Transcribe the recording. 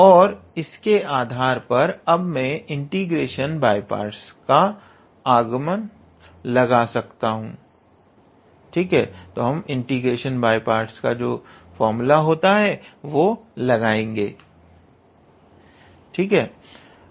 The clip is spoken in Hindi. और इसके आधार पर अब मैं इंटीग्रेशन बाय पार्ट्स का आगम लगा सकता हूं